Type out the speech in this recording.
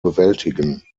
bewältigen